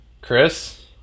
Chris